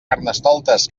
carnestoltes